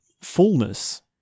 fullness